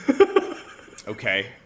Okay